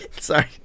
Sorry